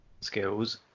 skills